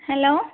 hello